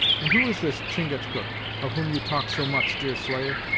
and who is this chingachgook, of whom you talk so much, deerslayer!